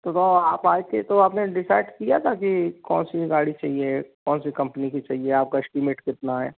तो आप आए थे तो आपने डिसाइड किया था कि कौन सी गाड़ी चाहिए कौन सी कंपनी की चाहिए आपका एश्टीमेट कितना है